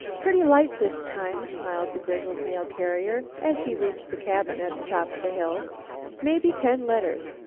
pretty light this time, smiled the grizzled mail carrier as he reached the cabin at the top of the hill mebby ten letters.